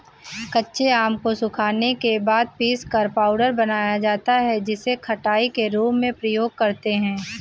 कच्चे आम को सुखाने के बाद पीसकर पाउडर बनाया जाता है जिसे खटाई के रूप में प्रयोग करते है